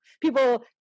people